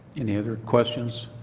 any other questions?